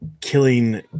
killing